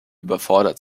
überfordert